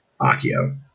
Akio